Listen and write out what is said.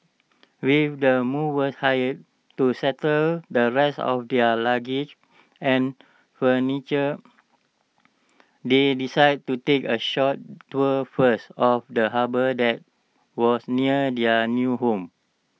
with the movers hired to settle the rest of their luggage and furniture they decided to take A short tour first of the harbour that was near their new home